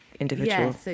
individual